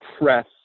press